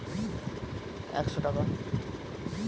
অনেকদিন ধরে টাকা জমানো থাকলে কতটা সুদের সুবিধে পাওয়া যেতে পারে?